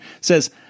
says